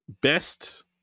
best